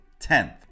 10th